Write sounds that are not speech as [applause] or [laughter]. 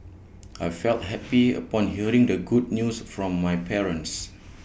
I felt [noise] happy upon hearing the good news from my parents